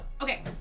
okay